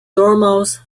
dormouse